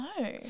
No